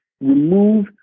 remove